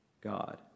God